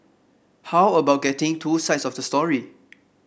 how about getting two sides of the story